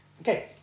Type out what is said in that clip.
Okay